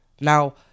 Now